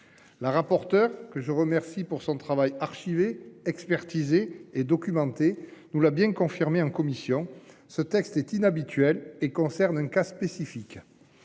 La rapporteure que je remercie pour son travail archiver expertiser et documenté nous l'a bien confirmé en commission. Ce texte est inhabituel et concerne un cas spécifique.